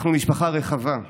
אנחנו משפחה רחבה,